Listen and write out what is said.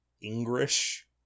English